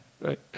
Right